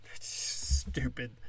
Stupid